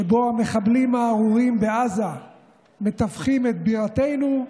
שבו המחבלים הארורים בעזה מטווחים את בירתנו,